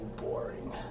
boring